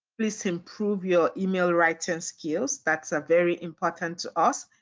please improve your email writing skills. that's ah very important to us.